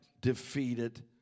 defeated